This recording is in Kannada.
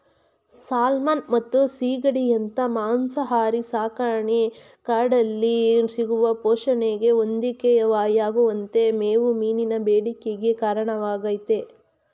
ಸಾಲ್ಮನ್ ಮತ್ತು ಸೀಗಡಿಯಂತ ಮಾಂಸಾಹಾರಿ ಸಾಕಣೆ ಕಾಡಲ್ಲಿ ಸಿಗುವ ಪೋಷಣೆಗೆ ಹೊಂದಿಕೆಯಾಗುವಂತೆ ಮೇವು ಮೀನಿನ ಬೇಡಿಕೆಗೆ ಕಾರಣವಾಗ್ತದೆ